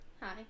Hi